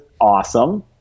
awesome